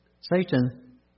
Satan